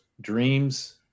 dreams